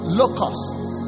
locusts